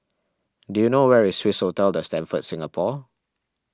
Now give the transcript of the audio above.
do you know where is Swissotel the Stamford Singapore